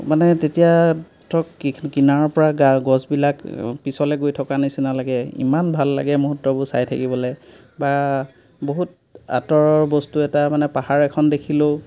মানে তেতিয়া ধৰক কিনাৰৰপৰা গছবিলাক পিছলৈ গৈ থকাৰ নিছিনা লাগে ইমান ভাল লাগে মূহূৰ্তবোৰ চাই থাকিবলৈ বা বহুত আঁতৰৰ বস্তু এটা মানে পাহাৰ এখন দেখিলেও